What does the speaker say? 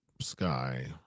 sky